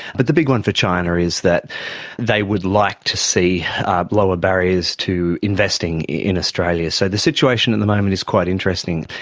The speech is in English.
but the big one for china is that they would like to see lower barriers to investing in australia. so the situation at and the moment is quite interesting.